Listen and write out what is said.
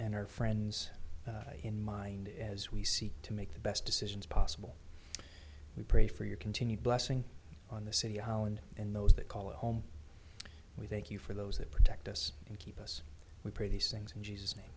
and our friends in mind as we seek to make the best decisions possible we pray for your continued blessing on the city hall and in those that call home we thank you for those that protect us and keep us we pray these things in jesus name